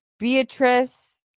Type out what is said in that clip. Beatrice